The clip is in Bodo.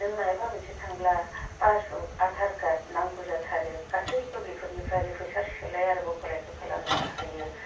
नों मायबा मोनसे थांब्ला पासबुक आधारकार्ड नांगौ जाथारो गासैबो बेफोरनिफ्रायनो फैसा सोलाय आरो बख'लायखो खालामनो हायो